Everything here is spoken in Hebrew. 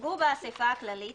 הוצגו באסיפה הכללית